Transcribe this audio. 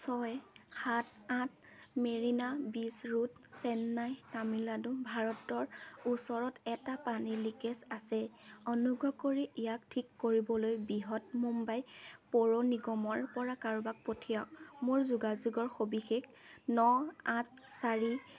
ছয় সাত আঠ মেৰিনা বিচ ৰোড চেন্নাই তামিলনাডু ভাৰতৰ ওচৰত এটা পানীৰ লিকেজ আছে অনুগ্ৰহ কৰি ইয়াক ঠিক কৰিবলৈ বৃহন্মুম্বাই পৌৰ নিগমৰপৰা কাৰোবাক পঠিয়াওক মোৰ যোগাযোগৰ সবিশেষ ন আঠ চাৰি